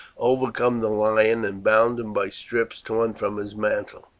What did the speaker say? overcome the lion and bound him by strips torn from his mantle.